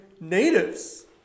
Natives